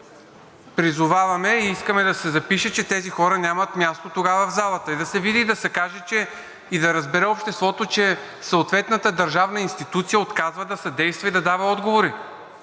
призоваваме и искаме да се запише, че тези хора нямат място тогава в залата, да се види, да се каже и да разбере обществото, че съответната държавна институция отказва да съдейства и да дава отговори,